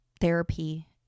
therapy